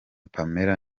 pamela